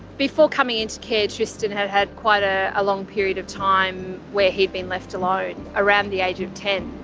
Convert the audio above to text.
before coming into care, tristan had had quite a long period of time where he'd been left alone around the age of ten.